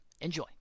Enjoy